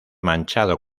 manchado